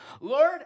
Lord